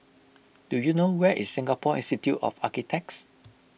do you know where is Singapore Institute of Architects